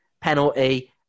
penalty